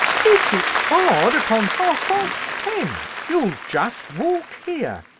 if it's hard upon half-past ten, you'll just walk here.